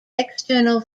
external